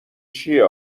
چیه